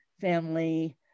family